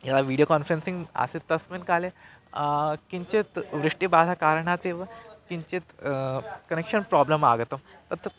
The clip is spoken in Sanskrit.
यदा वीडियो कान्फ़ेरेन्सिङ्ग् आसीत् तस्मिन् काले किञ्चित् वृष्टिबाधकारणात् एव किञ्चित् कनेक्षन् प्राब्लम् आगतं तत्